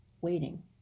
waiting